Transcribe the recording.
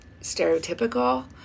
stereotypical